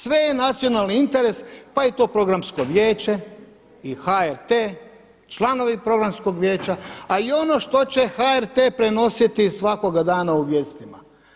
Sve je nacionalni interes, pa i to programsko vijeće i HRT, članovi programskog vijeća a i ono što će HRT prenositi svakoga dana u vijestima.